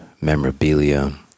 memorabilia